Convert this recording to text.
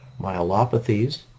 myelopathies